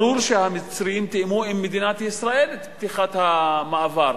ברור שהמצרים תיאמו עם מדינת ישראל את פתיחת המעבר.